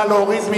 נא להוריד.